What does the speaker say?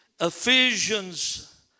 Ephesians